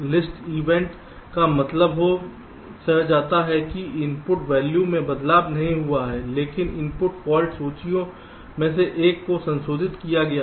list event का मतलब हो सकता है कि इनपुट वैल्यू में बदलाव नहीं हुआ है लेकिन इनपुट फॉल्ट सूचियों में से एक को संशोधित किया गया है